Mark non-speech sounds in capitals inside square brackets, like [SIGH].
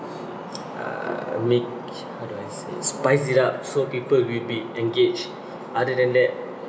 [NOISE] uh make how do I say spice it up so people will be engaged other than that